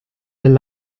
del